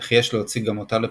וכי יש להוציא גם אותה ל"פרישה".